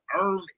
earn